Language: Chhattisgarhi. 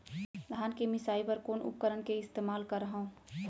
धान के मिसाई बर कोन उपकरण के इस्तेमाल करहव?